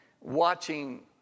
watching